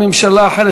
עם ממשלה אחרת,